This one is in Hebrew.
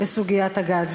בסוגיית הגז.